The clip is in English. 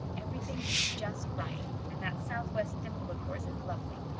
everything is just right, and that southwest dimple of yours is lovely.